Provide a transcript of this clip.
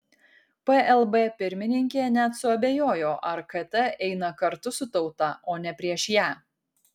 plb pirmininkė net suabejojo ar kt eina kartu su tauta o ne prieš ją